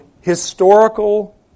historical